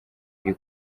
iri